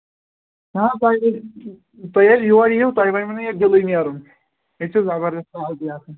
نہَ حظ تۅہہِ ییٚلہِ تُہۍ ییٚلہِ یور یِیو تۅہہِ بنوٕ نہٕ ییٚتہِ دِلٕے نیرُن ییٚتہِ چھُ زبردست سردی آسان